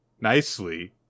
nicely